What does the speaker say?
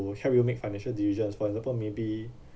help you make financial decision for example maybe